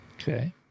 Okay